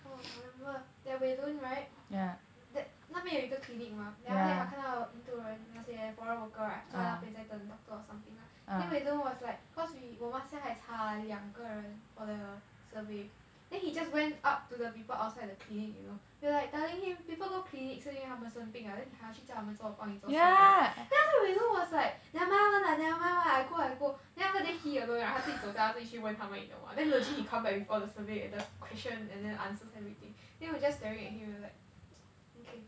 !wow! I remember that wei lun right yeah that 那边有一个 clinic mah then after that 他看到很多人那些 foreign worker right 坐在那边在等 doctor or something lah then wei lun was like cause we 我们现在还差两个人 for the survey then he just went up to the people outside the clinic you know we were like telling him people go clinic 是因为他们生病 then 你还要去叫他们做帮你做 survey then wei lun was like never mind [one] lah never mind [one] I go I go then after that he alone 他自己走他自己去问他们 you know then legit he come back with all the survey the questions and then the answers everything then we were just staring at him we were like okay